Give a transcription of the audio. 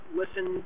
listen